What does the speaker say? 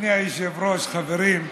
אדוני היושב-ראש, חברים,